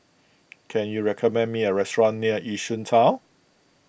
can you recommend me a restaurant near Yishun Town